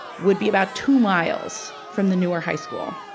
would be about two miles from the newer high school.